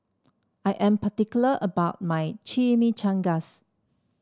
I am particular about my Chimichangas